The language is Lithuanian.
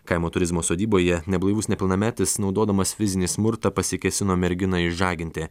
kaimo turizmo sodyboje neblaivus nepilnametis naudodamas fizinį smurtą pasikėsino merginą išžaginti